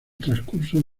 transcurso